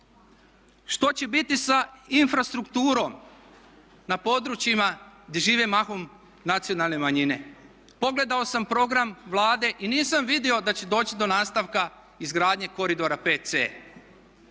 Što će biti sa infrastrukturom na područjima gdje žive mahom nacionalne manjine? Pogledao sam program Vlade i nisam vidio da će doći do nastavka izgradnje Koridora VC.